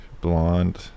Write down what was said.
Blonde